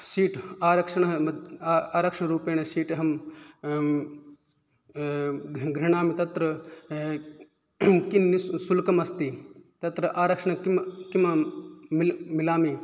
seat आरक्षणरूपेण seat अहं ग्रह्णामि तत्र किं निश्शुल्कम् अस्ति तत्र आरक्षणे किं किम् अहं मि मिलामि